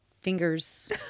fingers